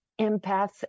empaths